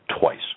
twice